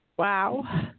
Wow